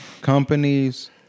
companies